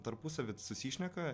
tarpusavy susišneka